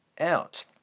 out